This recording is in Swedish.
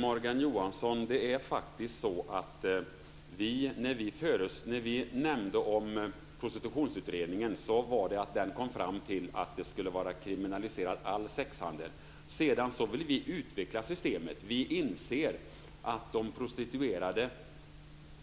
Fru talman! När vi nämnde Prostitutionsutredningen handlade det om att den kom fram till att all sexhandel skulle vara kriminaliserad. Vi vill utveckla systemet. Vi inser att de prostituerade